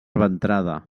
ventrada